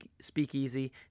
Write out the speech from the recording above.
speakeasy